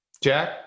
Jack